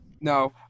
No